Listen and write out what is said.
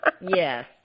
Yes